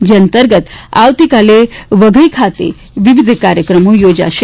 જે અંતર્ગત આવતીકાલે વઘઈ ખાતે વિવિધ કાર્યક્રમો યોજાશે